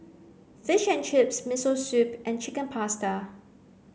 fish and chips Miso Soup and Chicken Pasta